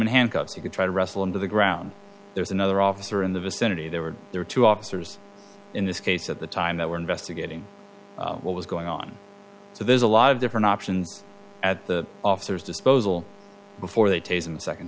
in handcuffs you could try to wrestle him to the ground there's another officer in the vicinity there were there two officers in this case at the time that we're investigating what was going on so there's a lot of different options at the officers disposal before they taze him second